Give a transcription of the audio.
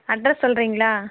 address சொல்கிறிங்களா